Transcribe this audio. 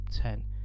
ten